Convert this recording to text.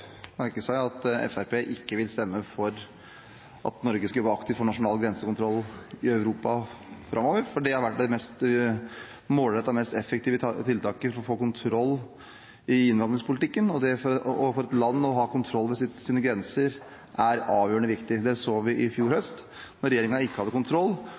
merke seg at Fremskrittspartiet ikke vil stemme for at Norge skal jobbe aktivt for nasjonal grensekontroll i Europa framover. For det har vært det mest målrettede og effektive tiltaket for å få kontroll i innvandringspolitikken. Og for et land er det å ha kontroll med sine grenser avgjørende viktig. Det så vi i fjor høst da regjeringen ikke hadde kontroll